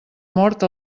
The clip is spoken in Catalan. mort